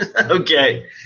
Okay